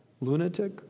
lunatic